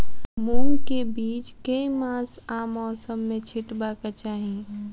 मूंग केँ बीज केँ मास आ मौसम मे छिटबाक चाहि?